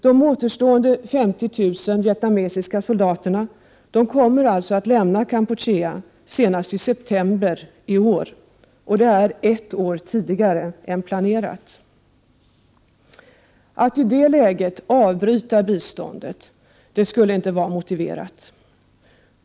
De återstående 50 000 vietnamesiska soldaterna kommer alltså att lämna Kampuchea senast i september i år, ett år tidigare än planerat. Att i detta läge avbryta biståndet skulle inte vara motiverat.